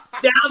down